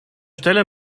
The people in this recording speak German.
stelle